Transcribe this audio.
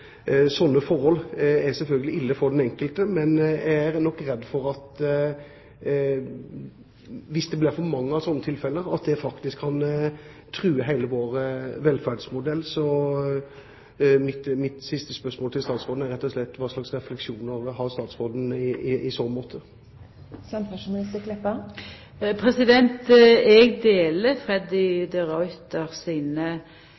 Sånne forhold er selvfølgelig ille for den enkelte, men jeg er nok redd for at hvis det blir for mange slike tilfeller, kan det true hele vår velferdsmodell. Mitt siste spørsmål til statsråden er rett og slett hva slags refleksjoner hun har i så måte. Eg deler Freddy de Ruiters betraktningar når det gjeld behovet for ryddige forhold i